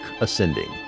Ascending